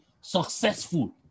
successful